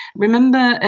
remember,